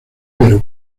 pero